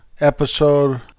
episode